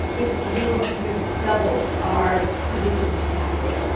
it was able to sort of double our predictive capacity.